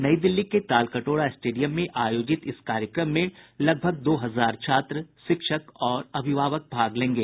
नई दिल्ली के Talkatora stadium में आयोजित इस कार्यक्रम में करीब दो हजार छात्र शिक्षक और अभिभावक भाग लेंगे